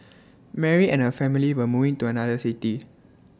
Mary and her family were moving to another city